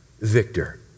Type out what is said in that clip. victor